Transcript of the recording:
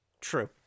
true